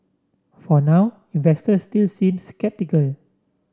for now investors still seem sceptical